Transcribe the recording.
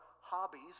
hobbies